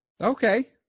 Okay